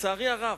לצערי הרב,